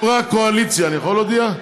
הקואליציה, אני יכול להודיע?